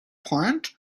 point